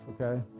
okay